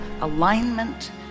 alignment